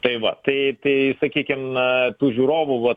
tai va tai tai sakykim tų žiūrovų va